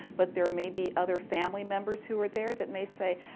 but there may be other family members who are there that may say,